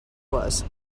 was